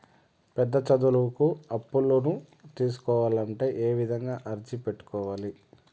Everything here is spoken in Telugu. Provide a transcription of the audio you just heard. పెద్ద చదువులకు అప్పులను తీసుకోవాలంటే ఏ విధంగా అర్జీ పెట్టుకోవాలి?